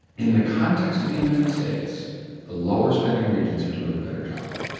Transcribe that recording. in the context of the united states the lower spending regions are doing a better job.